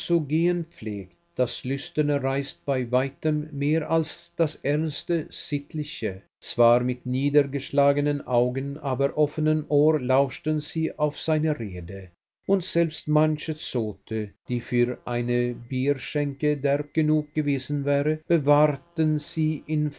pflegt das lüsterne reizt bei weitem mehr als das ernste sittliche zwar mit niedergeschlagenen augen aber offnem ohr lauschten sie auf seine rede und selbst manche zote die für eine bierschenke derb genug gewesen wäre bewahrten sie in